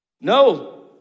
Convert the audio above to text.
No